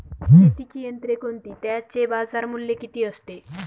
शेतीची यंत्रे कोणती? त्याचे बाजारमूल्य किती असते?